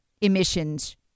emissions